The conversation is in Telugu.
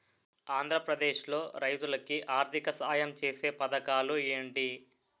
ఆంధ్రప్రదేశ్ లో రైతులు కి ఆర్థిక సాయం ఛేసే పథకాలు ఏంటి?